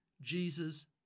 Jesus